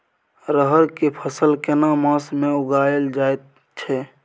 रहर के फसल केना मास में उगायल जायत छै?